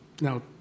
Now